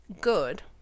good